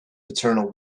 paternal